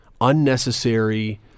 unnecessary